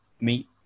meet